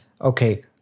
okay